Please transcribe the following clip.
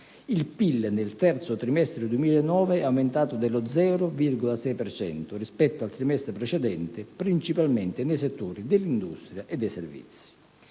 Il PIL, nel terzo trimestre 2009, è aumentato dello 0,6 per cento rispetto al trimestre precedente, principalmente nei settori dell'industria e dei servizi.